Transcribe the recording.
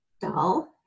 dull